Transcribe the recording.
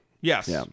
Yes